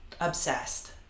Obsessed